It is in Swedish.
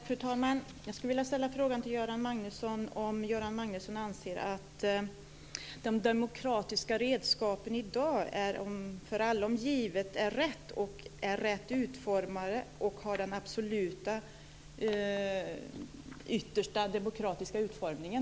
Fru talman! Jag skulle vilja fråga om Göran Magnusson anser att de demokratiska redskapen i dag för alla är rätt utformade och har den absoluta yttersta demokratiska utformningen.